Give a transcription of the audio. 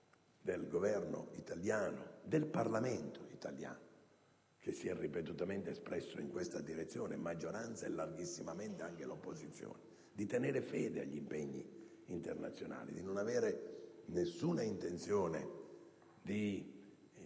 del Governo italiano e del Parlamento italiano, che si è ripetutamente espresso in questa direzione - sia la maggioranza che larga parte dell'opposizione - di tenere fede agli impegni internazionali e di non avere nessuna intenzione di